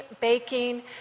baking